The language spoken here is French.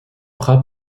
prat